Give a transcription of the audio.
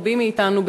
רבים מאתנו,